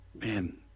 man